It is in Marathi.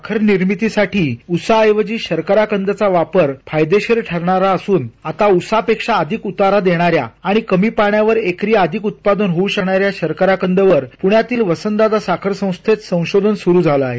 साखर निर्मितीसाठी उसाऐवजी शर्कराकंदचा वापर फायदेशीर ठरणारा असून आता उसापेक्षा अधिक उतारा देणाऱ्या आणि कमी पाण्यावर एकरी अधिक उत्पादन होऊ शकणाऱ्या शर्कराकंदवर पृण्याच्या वसंतदादा साखर संस्थेत संशोधन सुरु झालं आहे